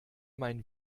mein